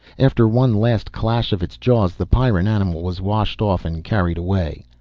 after one last clash of its jaws, the pyrran animal was washed off and carried away.